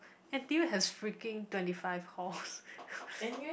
N_T_U has freaking twenty five halls